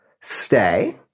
Stay